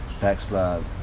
backslide